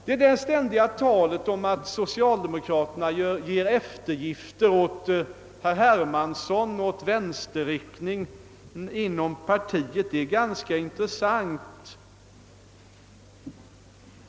Det ständiga talet om att socialdemokratien gör eftergifter åt herr Hermansson och vänsterriktningen inom partiet är ganska intressant.